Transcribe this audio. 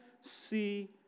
see